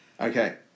Okay